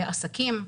לעסקים.